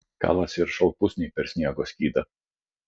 kalasi ir šalpusniai per sniego skydą